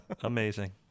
amazing